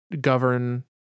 govern